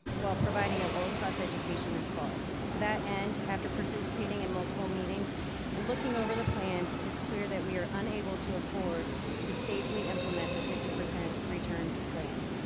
while providing a world class education this fall. to that end, after participating in multiple meetings and looking over the plans, it is clear that we are unable to afford to safely implement the fifty percent return plan.